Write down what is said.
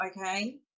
okay